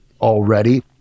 already